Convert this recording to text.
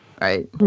Right